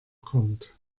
kommt